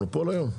מונופול היום?